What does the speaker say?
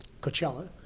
Coachella